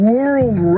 World